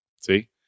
See